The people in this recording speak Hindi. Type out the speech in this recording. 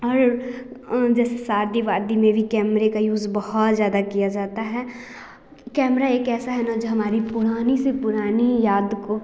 और जैसे शादी वादी में भी कैमरे का यूज़ बहुत ज़्यादा किया जाता है कैमरा एक ऐसा है ना जो हमारी पुरानी से पुरानी याद को